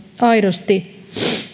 aidosti